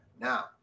now